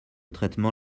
traitement